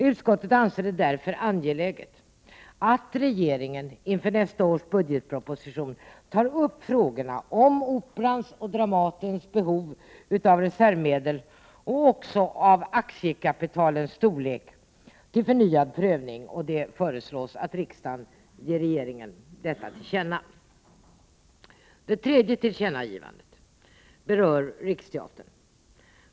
Utskottet anser det därför angeläget att regeringen inför nästa års budgetproposition tar upp frågorna om Operans och Dramatens behov av reservmedel och om aktiekapitalens storlek till förnyad prövning. Det föreslås att riksdagen ger regeringen detta till känna. Det tredje tillkännagivandet berör Riksteatern.